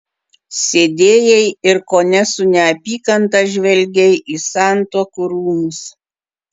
sėdėjai ir kone su neapykanta žvelgei į santuokų rūmus